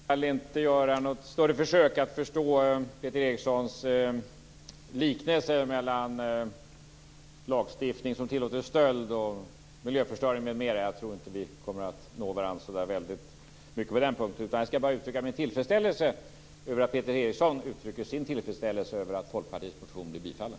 Fru talman! Jag skall inte göra något större försök att förstå Peter Erikssons liknelse mellan lagstiftning som tillåter stöld och miljöförstöring m.m. Jag tror inte att vi kommer att nå varandra på den punkten. Jag skall bara uttrycka min tillfredsställelse över att Peter Eriksson uttrycker sin tillfredsställelse över att Folkpartiets motion blir bifallen.